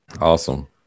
Awesome